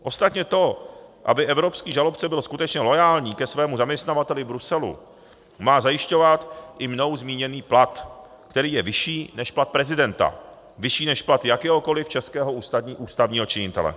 Ostatně to, aby evropský žalobce byl skutečně loajální ke svému zaměstnavateli v Bruselu, má zajišťovat i mnou zmíněný plat, který je vyšší než plat prezidenta, vyšší než plat jakéhokoliv českého ústavního činitele.